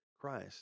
Christ